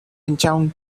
trong